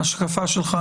ההשקפה שלך,